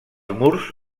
murs